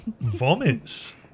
Vomits